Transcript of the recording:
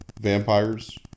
vampires